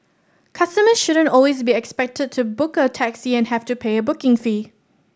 customers shouldn't always be expected to book a taxi and have to pay a booking fee